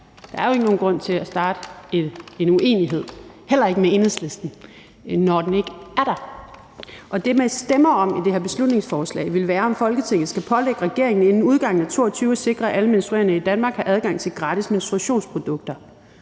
Der er jo ikke nogen grund til at starte en uenighed, heller ikke med Enhedslisten, når den ikke er der. Det, man stemmer om i det her beslutningsforslag, vil være, om Folketinget skal pålægge regeringen inden udgangen af 2022 at sikre, at alle menstruerende i Danmark har adgang til gratis menstruationsprodukter.